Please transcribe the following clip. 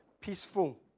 peaceful